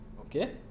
Okay